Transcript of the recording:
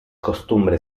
costumbre